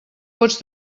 pots